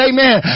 Amen